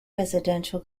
residential